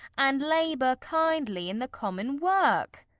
and labour kindly in the common work.